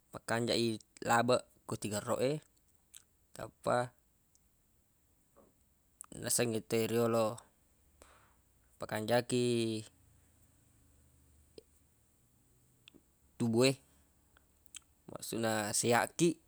Makanjaq i labeq ko tigerroq e tappa nasengnge te riyolo pakanjaki tubu e maksuq na sehat kiq.